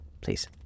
please